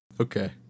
Okay